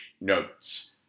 notes